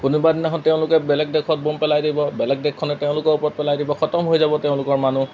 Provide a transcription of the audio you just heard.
কোনোবা দিনাখন তেওঁলোকে বেলেগ দেশত ব'ম পেলাই দিব বেলেগ দেশখনে তেওঁলোকৰ ওপৰত পেলাই দিব খতম হৈ যাব তেওঁলোকৰ মানুহ